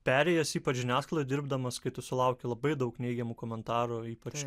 perėjęs ypač žiniasklaidą dirbdamas kai tu sulauki labai daug neigiamų komentarų ypač